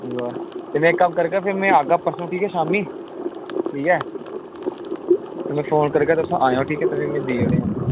उ'ऐ ते में इक कम्म करगा तां फ्ही में आगा परसूं ठीक ऐ शामीं ठीक ऐ में फोन करगा तुसें आएओ तुस में देई ओड़ेओ